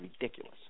ridiculous